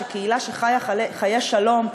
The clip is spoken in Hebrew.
קהילה שחיה חיי שלום,